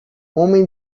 homem